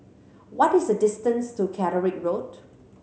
what is the distance to Catterick Road